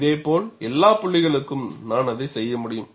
இதே போல் எல்லா புள்ளிகளுக்கும் நான் அதை செய்ய முடியும்